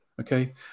okay